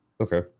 Okay